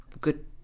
good